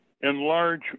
enlarge